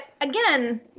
again